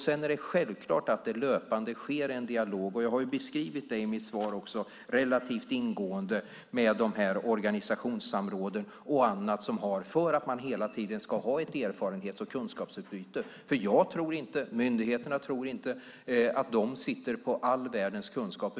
Sedan är det självklart att det löpande sker en dialog. Jag har ju i mitt svar relativt ingående beskrivit de här organisationssamråden och annat som görs för att man hela tiden ska ha ett erfarenhets och kunskapsutbyte. Jag tror inte och myndigheterna tror inte att de sitter på all världens kunskap.